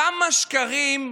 כמה שקרים,